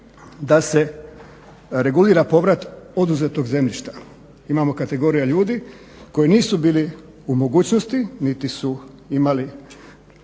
da se regulira povrat oduzetog zemljišta. Imamo kategorija ljudi koji nisu bili u mogućnosti niti su imali